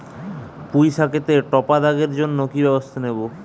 পুই শাকেতে টপা দাগের জন্য কি ব্যবস্থা নেব?